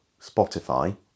Spotify